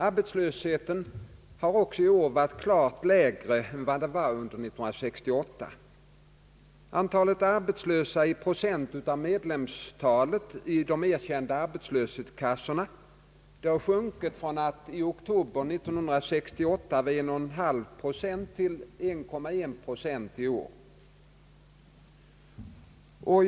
Arbetslösheten har också i år varit klart lägre än under 1968. Antalet arbetslösa i procent av medlemsantalet i de erkända arbetslöshetskassorna har sjunkit från 1,5 procent i oktober 1968 till 1,1 procent i år.